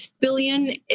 billion